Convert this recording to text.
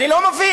אני לא מבין.